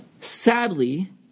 Sadly